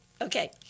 Okay